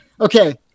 Okay